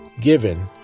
given